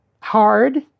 hard